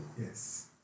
yes